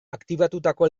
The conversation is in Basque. aktibatutako